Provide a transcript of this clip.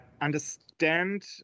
understand